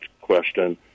question